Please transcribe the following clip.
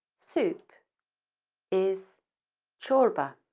soup is corba.